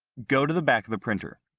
go to the back of the printer.